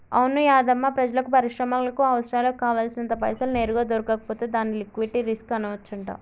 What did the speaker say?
అవును యాధమ్మా ప్రజలకు పరిశ్రమలకు అవసరాలకు కావాల్సినంత పైసలు నేరుగా దొరకకపోతే దాన్ని లిక్విటీ రిస్క్ అనవచ్చంట